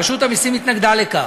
רשות המסים התנגדה לכך,